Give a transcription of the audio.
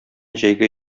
җәйге